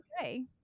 okay